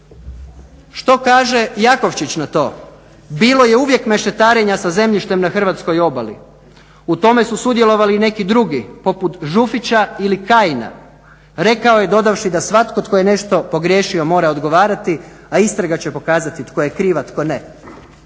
Što kaže Jakovčić na to? Bilo je uvijek mešetarenja sa zemljištem na hrvatskoj obali, u tome su sudjelovali i neki drugi poput Žufića ili Kajina, rekao je dodavši da svatko tko je nešto pogriješio mora odgovarati, a istraga će pokazati tko je kriv, a tko ne.